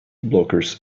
blockers